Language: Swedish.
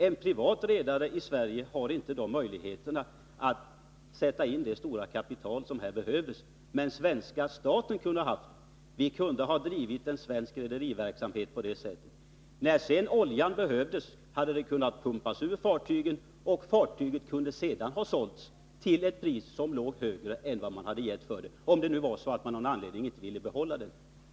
En privat redare i Sverige har inte möjligheter att sätta in så stort kapital som här behövdes. Men svenska staten skulle ha haft det. När oljan behövts hade den kunnat pumpas ur fartyget, och detta kunde sedan ha sålts till ett pris som låg långt över vad man hade gett för det — om det nu var så att man av någon anledning inte ville behålla det.